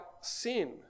sin